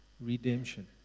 redemption